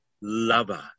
lover